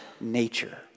nature